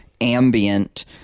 ambient